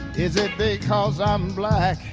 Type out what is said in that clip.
is it because i'm black?